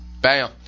Bam